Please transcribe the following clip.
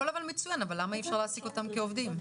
הכול מצוין, אבל למה אי-אפשר להעסיק אותם כעובדים?